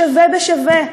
שווה בשווה,